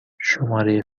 شماره